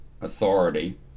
authority